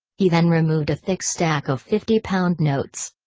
he then removed a thick stack of fifty-pound notes.